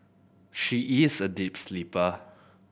she is a deep sleeper